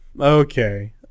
Okay